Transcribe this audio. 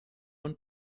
und